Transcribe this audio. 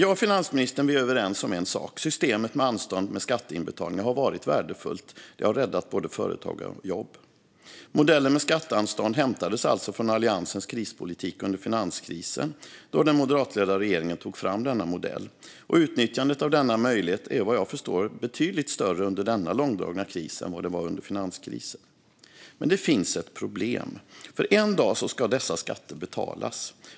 Jag och finansministern är överens om en sak: Systemet med anstånd med skatteinbetalningar har varit värdefullt - det har räddat både företag och jobb. Modellen för skatteanstånd hämtades alltså från Alliansens krispolitik under finanskrisen, då den moderatledda regeringen tog fram denna modell. Utnyttjandet av denna möjlighet är vad jag förstår betydligt större under denna långdragna kris än vad det var under finanskrisen. Men det finns ett problem: En dag ska dessa skatter betalas.